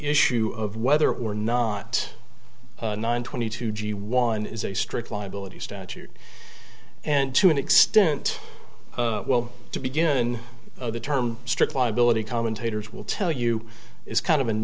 issue of whether or not nine twenty two g one is a strict liability statute and to an extent well to begin the term strict liability commentators will tell you is kind of a